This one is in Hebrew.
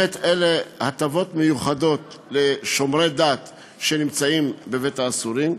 אלה באמת הטבות מיוחדות לשומרי דת שנמצאים בבית-האסורים,